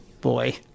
boy